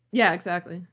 yeah, exactly.